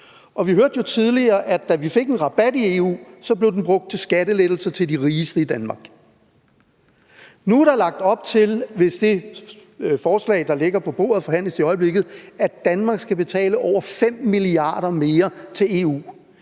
vi hørte jo tidligere, at da vi fik en rabat i EU, blev den brugt til skattelettelser til de rigeste i Danmark. Nu er der lagt op til, hvis det er det forslag,